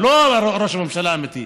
לא ראש הממשלה האמיתי,